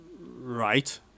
Right